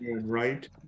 right